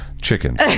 chickens